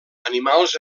animals